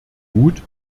gut